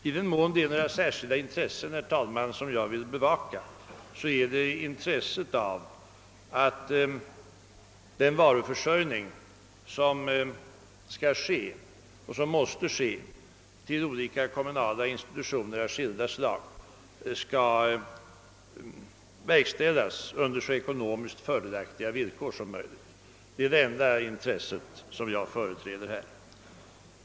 Herr talman! I den mån jag vill bevaka några särskilda intressen är det intresset av att den varuförsörjning, som måste ske till olika kommunala institutioner av skilda slag, skall verkställas under så ekonomiskt fördelaktiga villkor som möjligt. Det är det enda intresse som jag företräder här.